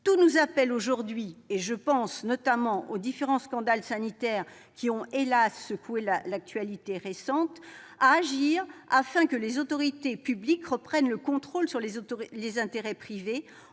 Tout nous appelle aujourd'hui- je pense notamment aux différents scandales sanitaires qui ont, hélas, marqué l'actualité récente -à agir afin que les autorités publiques reprennent le contrôle sur les intérêts privés,